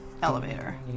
elevator